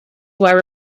where